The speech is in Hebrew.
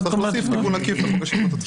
אנחנו נוסיף תיקון עקיף לחוק השיפוט הצבאי.